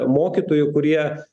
mokytojų kurie